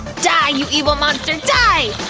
die you evil monster, die!